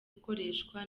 gukoreshwa